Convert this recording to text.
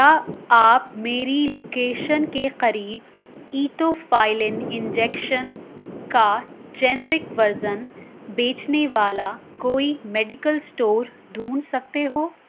کیا آپ میری لوکیشن کے قریب ایٹوفائلین انجیکشن کا جینرک ورژن بیچنے والا کوئی میڈیکل اسٹور ڈھونڈ سکتے ہو